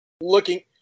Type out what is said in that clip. Looking